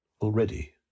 already